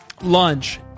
lunch